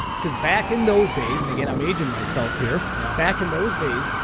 because back in those days and, again, i'm aging myself here yeah back in those days,